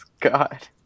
God